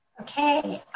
Okay